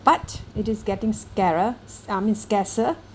but it is getting scarer I mean scarcer